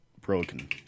broken